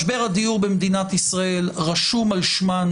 משבר הדיור במדינת ישראל רשום על שמן